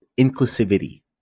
inclusivity